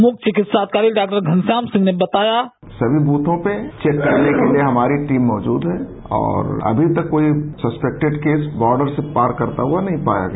मुख्य चिकित्साधिकारी घनश्याम रिंह ने बताया समी ब्रूथों पर चेक करने के लिए हमारे टीम मौजूद है और अभी तक कोई सस्पेक्टेड केस बार्डर से पार करता हुआ नहीं पाया गया